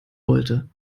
wollte